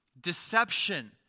Deception